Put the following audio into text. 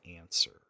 answer